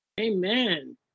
Amen